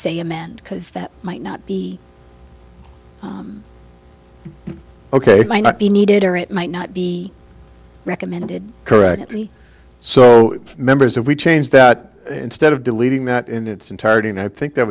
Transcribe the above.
say amend because that might not be ok might not be needed or it might not be recommended correctly so members if we change that instead of deleting that in its entirety and i think that